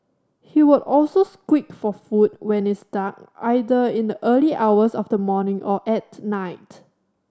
he would also squeak for food when it's dark either in the early hours of the morning or at night